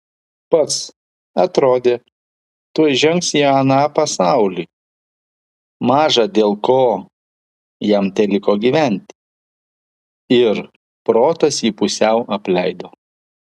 pats atrodė tuoj žengs į aną pasaulį maža dėl ko jam teliko gyventi ir protas jį pusiau apleido